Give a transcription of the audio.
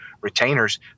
retainers